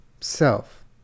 self